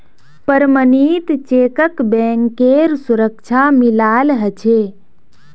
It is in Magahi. प्रमणित चेकक बैंकेर सुरक्षा मिलाल ह छे